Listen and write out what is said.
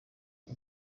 uyu